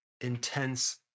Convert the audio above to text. intense